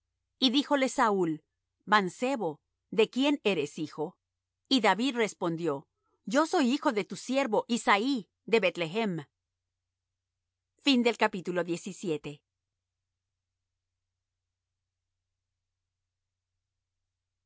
y díjole saúl mancebo de quién eres hijo y david respondió yo soy hijo de tu siervo isaí de beth-lehem y